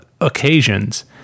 occasions